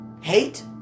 hate